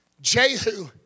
Jehu